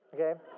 Okay